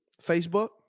Facebook